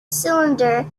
cylinder